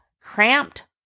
cramped